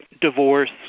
divorce